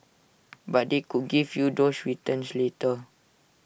but they could give you those returns later